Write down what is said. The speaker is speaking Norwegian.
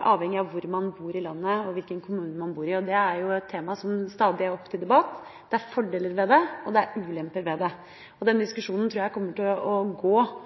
avhengig av hvor i landet man bor og hvilken kommune man bor i. Det er et tema som stadig er oppe til debatt. Det er fordeler ved det, og det er ulemper ved det. Den diskusjonen om hvor